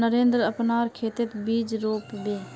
नरेंद्रक अपनार खेतत बीज रोप बे